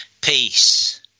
Peace